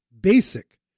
basic